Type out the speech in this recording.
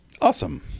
awesome